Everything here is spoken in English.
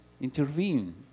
intervene